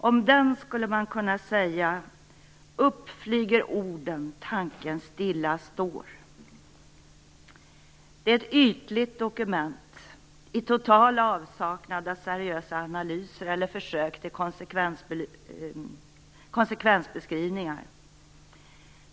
Om den skulle man kunna säga: Upp flyger orden, tanken stilla står. Det är ett ytligt dokument, i total avsaknad av seriösa analyser eller försök till konsekvensbeskrivningar.